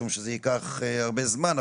משום שזה ייקח הרבה זמן.